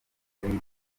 ahitwa